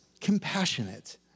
compassionate